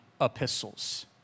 epistles